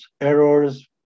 errors